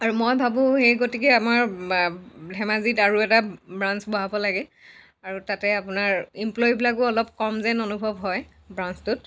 আৰু মই ভাবোঁ সেই গতিকে আমাৰ ধেমাজিত আৰু এটা ব্ৰাঞ্চ বহাব লাগে আৰু তাতে আপোনাৰ এমপ্লয়ীবিলাকো অলপ কম যেন অনুভৱ হয় ব্ৰাঞ্চটোত